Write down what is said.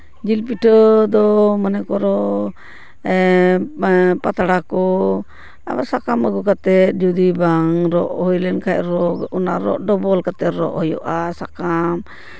ᱡᱤᱞ ᱯᱤᱴᱷᱟᱹ ᱫᱚ ᱢᱚᱱᱮ ᱠᱚᱨᱚ ᱮᱜ ᱯᱟᱛᱲᱟ ᱠᱚ ᱟᱵᱟᱨ ᱥᱟᱠᱟᱢ ᱟᱹᱜᱩ ᱠᱟᱛᱮᱫ ᱡᱩᱫᱤ ᱵᱟᱝ ᱨᱚᱜ ᱦᱩᱭ ᱞᱮᱱᱠᱷᱟᱡ ᱨᱚᱜ ᱚᱱᱟ ᱨᱚᱜ ᱰᱚᱵᱚᱞ ᱠᱟᱛᱮᱫ ᱨᱚᱜ ᱦᱩᱭᱩᱜᱼᱟ ᱥᱟᱠᱟᱢ